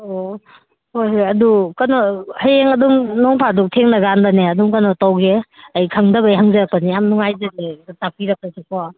ꯑꯣ ꯍꯣꯏ ꯍꯣꯏ ꯑꯗꯣ ꯀꯩꯅꯣ ꯍꯌꯦꯡ ꯑꯗꯨꯝ ꯅꯣꯡ ꯐꯥꯗꯣꯛ ꯊꯦꯡꯅꯀꯥꯟꯗꯅꯦ ꯑꯗꯨꯝ ꯀꯩꯅꯣ ꯇꯧꯒꯦ ꯑꯩ ꯈꯪꯗꯕꯩ ꯍꯪꯖꯔꯛꯄꯅꯦ ꯌꯥꯝ ꯅꯨꯉꯥꯏꯖꯔꯦ ꯇꯥꯛꯄꯤꯔꯛꯄꯒꯤꯀꯣ